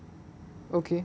okay